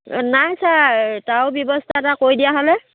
অঁ নাই ছাৰ তাৰো ব্যৱস্থা এটা কৰি দিয়া হ'লে